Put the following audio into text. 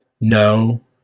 No